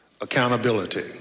accountability